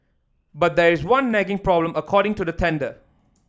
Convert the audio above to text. but there is one nagging problem according to the tender